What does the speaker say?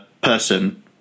person